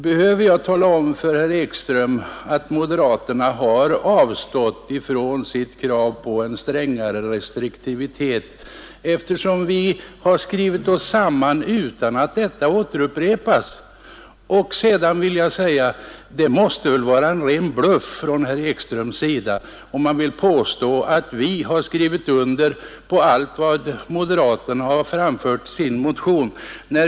Behöver jag tala om för herr Ekström att moderaterna har avstått från sitt krav på en strängare restriktivitet, eftersom vi har skrivit oss samman utan att detta krav återupprepas? Sedan vill jag säga, att det väl måste vara ren bluff från herr Ekströms sida, om han vill påstå att vi har skrivit under på allt vad moderaterna har framfört i sin motion.